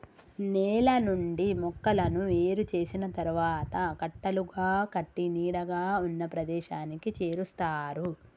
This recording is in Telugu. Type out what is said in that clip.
నేల నుండి మొక్కలను ఏరు చేసిన తరువాత కట్టలుగా కట్టి నీడగా ఉన్న ప్రదేశానికి చేరుస్తారు